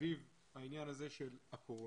סביב העניין הזה של הקורונה,